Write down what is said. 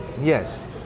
Yes